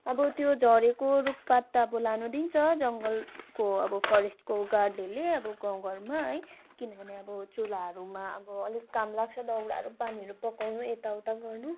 अब त्यो झरेको रुख पात त अब लानु दिन्छ जङ्गलको अब फोरेस्टको गार्डहरूले अब गाउँघरमा है किनभने अब चुलाहरूमा अब अलिक काम लाग्छ दाउराहरू पानीहरू पकाउनु यताउता गर्नु